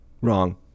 wrong